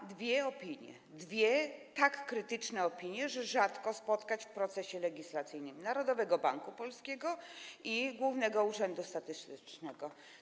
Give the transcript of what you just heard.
Są dwie opinie, dwie tak krytyczne opinie, że rzadko takie można spotkać w procesie legislacyjnym: Narodowego Banku Polskiego i Głównego Urzędu Statystycznego.